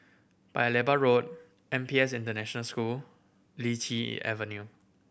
Paya Lebar Road N P S International School Lichi Avenue